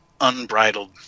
unbridled